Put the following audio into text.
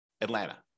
Atlanta